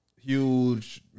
huge